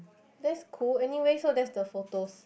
that's cool anyway so that's her photos